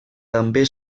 també